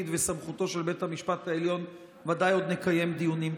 וסמכותו של בית המשפט העליון ודאי עוד נקיים דיונים.